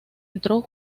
entró